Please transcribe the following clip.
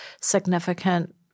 significant